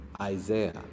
Isaiah